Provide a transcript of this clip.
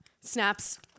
snaps